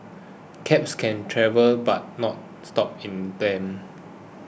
cabs can travel but not stop in them